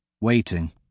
waiting